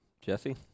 Jesse